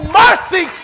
mercy